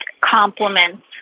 compliments